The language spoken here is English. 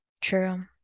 True